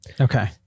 okay